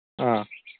ꯑꯥ